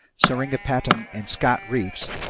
seringapatam, and scott reefs,